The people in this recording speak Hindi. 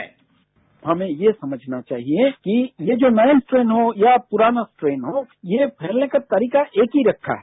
बार्डट हमें यह समझना चाहिए कि ये जो नये स्ट्रेन हो या पुराना स्ट्रेन हो ये फैलने के तारीका एक ही रखा है